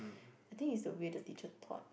I think is the way the teacher taught